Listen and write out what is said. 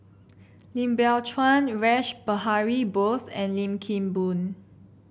Lim Biow Chuan Rash Behari Bose and Lim Kim Boon